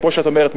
כמו שאת אומרת,